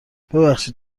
ببخشید